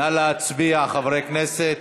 נא להצביע, חברי הכנסת.